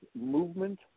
movement